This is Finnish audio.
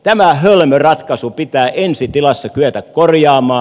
tämä hölmö ratkaisu pitää ensi tilassa kyetä korjaamaan